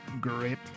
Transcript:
great